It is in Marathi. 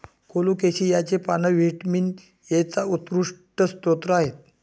कोलोकेसियाची पाने व्हिटॅमिन एचा उत्कृष्ट स्रोत आहेत